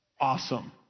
Awesome